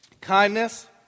Kindness